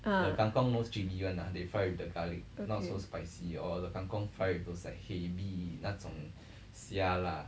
ah okay